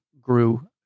grew